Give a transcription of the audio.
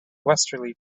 westerly